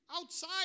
Outside